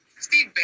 steve